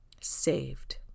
saved